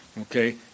okay